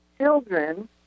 children